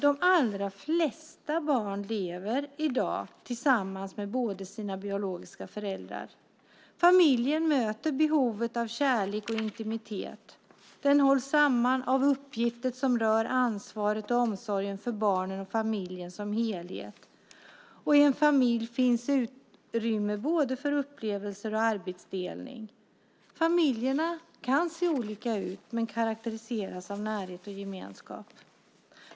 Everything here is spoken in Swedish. De allra flesta barn lever i dag tillsammans med sina båda biologiska föräldrar. Familjen bemöter behovet av kärlek och intimitet. Familjen hålls samman av uppgifter som rör ansvaret för och omsorgen om barnen och familjen som helhet. I en familj finns utrymme för både upplevelser och arbetsdelning. Familjerna kan se olika ut men karakteriseras av närhet och gemenskap.